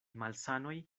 malsanoj